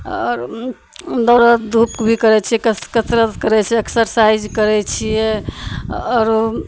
आओर दौड़धूप भी करै छिए कसरत करै छिए एक्सरसाइज करै छिए आओर